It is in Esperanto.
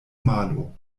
malo